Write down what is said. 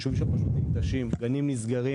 גנים נסגרים.